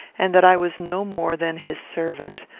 and that i was no more than his servant.